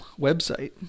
website